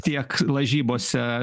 tiek lažybose